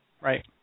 right